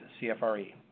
CFRE